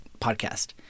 podcast